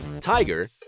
Tiger